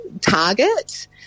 target